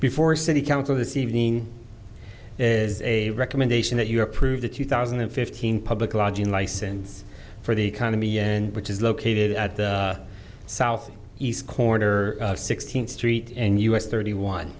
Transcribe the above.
before city council this evening is a recommendation that you approve the two thousand and fifteen public lodging license for the economy and which is located at the south east corner sixteenth street and u s thirty